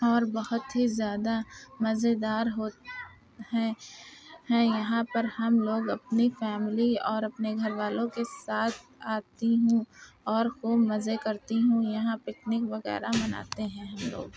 اور بہت ہی زیادہ مزیدار ہو ہیں ہیں یہاں پر ہم لوگ اپنی فیملی اور اپنے گھر والوں کے ساتھ آتی ہوں اور خوب مزے کرتی ہوں یہاں پکنک وغیرہ مناتے ہیں ہم لوگ